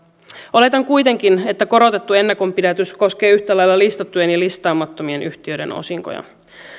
oletan kuitenkin että korotettu ennakonpidätys koskee yhtä lailla listattujen ja listaamattomien yhtiöiden osinkoja